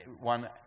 one